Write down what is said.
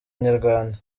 inyarwanda